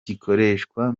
gikoreshwa